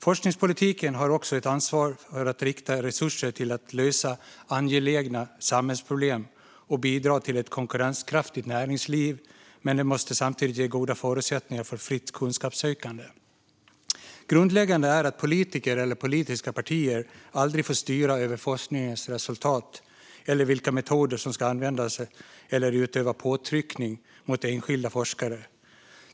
Forskningspolitiken har också ett ansvar för att rikta resurser till att lösa angelägna samhällsproblem och bidra till ett konkurrenskraftigt näringsliv, men den måste samtidigt ge goda förutsättningar för fritt kunskapssökande. Grundläggande är att politiker eller politiska partier aldrig får styra över forskningens resultat eller vilka metoder som ska användas eller utöva påtryckningar mot enskilda forskare.